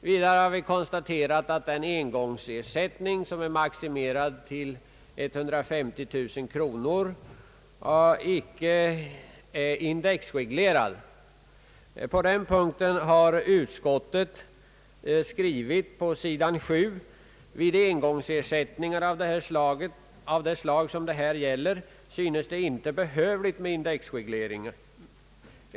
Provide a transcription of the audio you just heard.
Vidare har vi konstaterat att engångsersättningen, som är maximerad till 150 000 kronor, icke är indexreglerad. På den punkten har utskottet skrivit på S. 7: »Vid engångsersättningar av det slag det här gäller synes det inte behövligt med indexreglering.